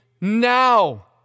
now